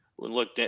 Look